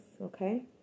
okay